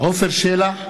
עפר שלח,